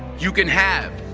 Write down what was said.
you can have